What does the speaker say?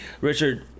Richard